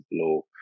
blow